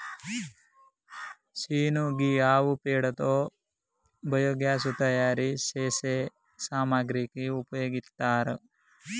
scene గీ ఆవు పేడతో బయోగ్యాస్ తయారు సేసే సామాగ్రికి ఉపయోగిత్తారు